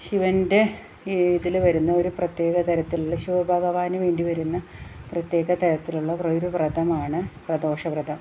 ശിവന്റെ ഇതിൽ വരുന്ന ഒരു പ്രത്യേകതരത്തിലുള്ള ശിവഭഗവാന് വേണ്ടി വരുന്ന പ്രത്യേകതരത്തിലുള്ള ഒരു വ്രതമാണ് പ്രദോഷവ്രതം